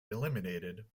eliminated